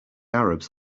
arabs